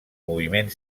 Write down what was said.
moviment